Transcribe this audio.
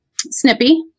snippy